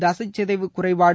தசைச் சிதைவு குறைபாடு